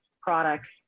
products